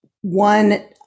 one